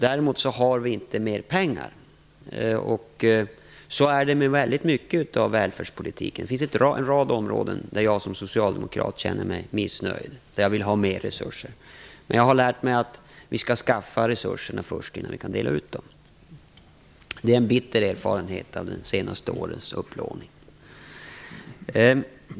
Däremot har vi inte mer pengar. Så är det med mycket av välfärdspolitiken. Det finns en rad områden där jag som socialdemokrat känner mig missnöjd, där jag vill ha större resurser. Men jag har lärt mig att vi skall skaffa resurserna först, innan vi kan dela ut dem. Det är en bitter erfarenhet av de senaste årens upplåning.